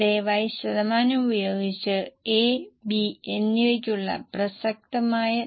ശുഭാപ്തിവിശ്വാസമുള്ളതിന് ഒന്നും അശുഭബ്ദിവിശ്വാസമുള്ളതിന് ഒന്നും